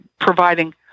providing